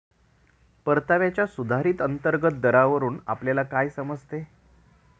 परताव्याच्या सुधारित अंतर्गत दरावरून आपल्याला काय समजते?